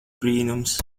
brīnums